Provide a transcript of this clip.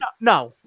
No